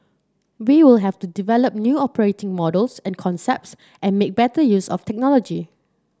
we will have to develop new operating models and concepts and make better use of technology